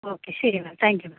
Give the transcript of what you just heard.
okay ശരി ma'am thank you